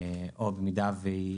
במידה שהיא